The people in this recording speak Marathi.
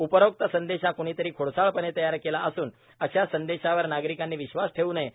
उपरोक्त संदेश हा कृणीतरी खोडसाळपणाने तयार केला असून अशा संदेशावर नागरिकांनी विश्वास ठेव नये